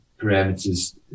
parameters